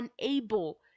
unable